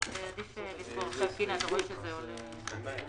במליאה ואת תכתבי לי נאום למליאה והכול יהיה בסדר.